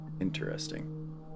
Interesting